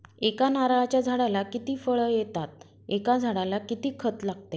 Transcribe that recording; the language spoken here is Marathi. एका नारळाच्या झाडाला किती फळ येतात? एका झाडाला किती खत लागते?